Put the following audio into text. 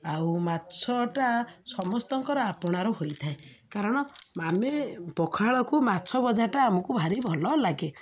ଆଉ ମାଛଟା ସମସ୍ତଙ୍କର ଆପଣାର ହୋଇଥାଏ କାରଣ ଆମେ ପଖାଳକୁ ମାଛ ଭଜାଟା ଆମକୁ ଭାରି ଭଲ ଲାଗେ